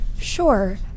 Sure